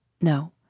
No